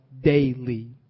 daily